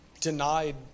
denied